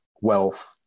wealth